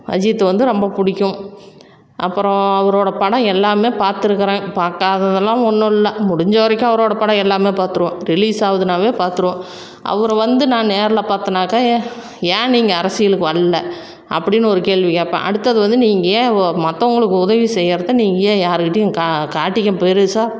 அஜித்து வந்து ரொம்ப பிடிக்கும் அப்பறம் அவரோட படம் எல்லாமே பார்த்துருக்குறேன் பார்க்காததெல்லாம் ஒன்றும் இல்லை முடிஞ்ச வரைக்கும் அவரோடய படம் எல்லாமே பார்த்துருவேன் ரிலீசாகுதுன்னாவே பார்த்துருவேன் அவரை வந்து நான் நேரில் பார்த்தேன்னாக்கா ஏன் நீங்கள் அரசியலுக்கு வரல அப்படின்னு ஒரு கேள்வி கேட்பேன் அடுத்தது வந்து நீங்கள் ஏன் வோ மற்றவங்களுக்கு உதவி செய்கிறத நீங்கள் ஏன் யாருக்கிட்டேயும் கா காட்டிக்க பெருசாக